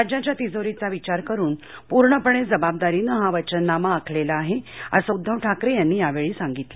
राज्याच्या तिजोरीचा विचार करून पूर्णपणे जबाबदारीने हा वचननामा आखलेला आहे असं उद्धव ठाकरे यांनी यावेळी सांगितलं